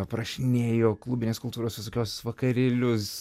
aprašinėjo klubinės kultūros visokios vakarėlius